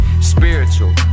Spiritual